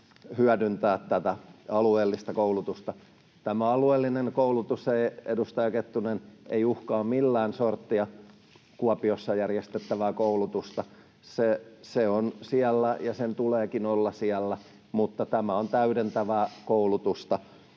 hyödyntää tätä alueellista koulutusta. — Tämä alueellinen koulutus, edustaja Kettunen, ei uhkaa millään sorttia Kuopiossa järjestettävää koulutusta. Se on siellä, ja sen tuleekin olla siellä, mutta tämä on täydentävää koulutusta.